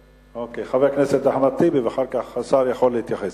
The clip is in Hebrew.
חבר הכנסת אחמד טיבי, ואחר כך השר יכול להתייחס.